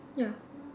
ya